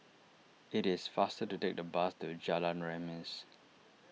it is faster to take the bus to Jalan Remis